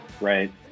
right